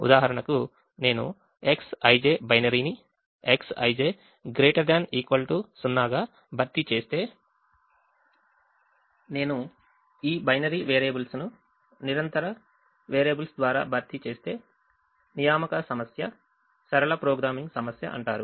ఉదాహరణకు నేను Xij బైనరీని Xij ≥ 0 గా భర్తీ చేస్తే లేదా నేను ఈ బైనరీ వేరియబుల్స్ను కంటిన్యువస్ వేరియబుల్స్ ద్వారా భర్తీ చేస్తే అసైన్మెంట్ ప్రాబ్లెమ్ సరళ ప్రోగ్రామింగ్ సమస్య అంటారు